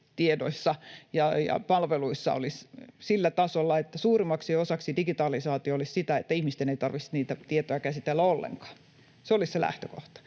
tiedoissa ja palveluissa olisi sillä tasolla, että suurimmaksi osaksi digitalisaatio olisi sitä, että ihmisten ei tarvitsisi niitä tietoja käsitellä ollenkaan — se olisi se lähtökohta